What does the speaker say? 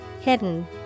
Hidden